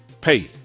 pay